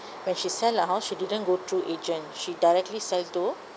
when she sell her house she didn't go through agent she directly sell to